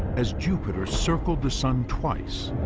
as jupiter circled the sun twice,